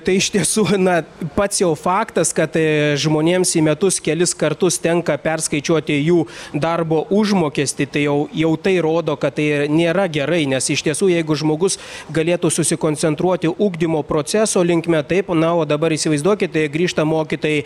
tai iš tiesų na pats jau faktas kad žmonėms į metus kelis kartus tenka perskaičiuoti jų darbo užmokestį tai jau jau tai rodo kad tai nėra gerai nes iš tiesų jeigu žmogus galėtų susikoncentruoti ugdymo proceso linkme taip na o dabar įsivaizduokit grįžta mokytojai